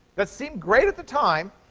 that seemed great at the time,